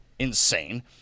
insane